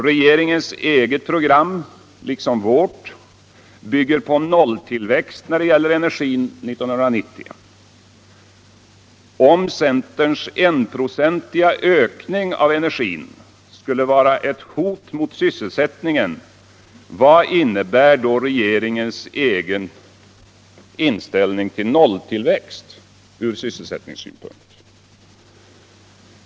Regeringens eget program — liksom vårt — bygger på nolltillväxt när det gäller energin 1990. Om centerns enprocentiga ökning av energin skulle vara ett hot mot sysselsättningen — vad innebär då regeringens egen inställning till nolltillväxt ur sysselsättningssynpunkt?